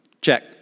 Check